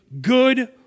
good